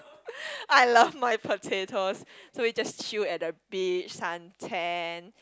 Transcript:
I love my potatoes so we just chew at the beach sun tan